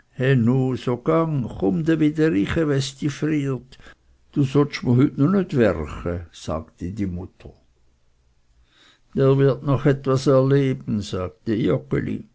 no nit werche sagte die mutter der wird noch etwas erleben sagte